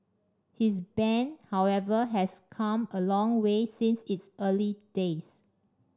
his band however has come a long way since its early days